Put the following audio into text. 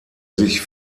sich